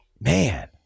man